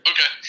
Okay